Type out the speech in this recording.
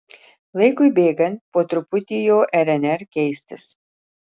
laikui bėgant po truputį jo rnr keistis